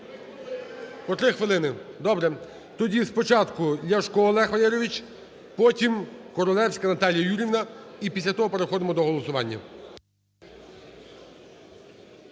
По три хвилини. Добре. Тоді спочатку Ляшко Олег Валерійович. Потім – Королевська Наталія Юріївна. І після того переходимо до голосування.